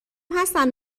هستن